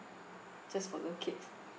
just for the cakes